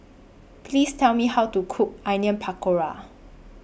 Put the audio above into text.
Please Tell Me How to Cook Onion Pakora